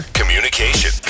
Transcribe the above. communication